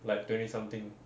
like twenty something